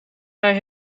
hij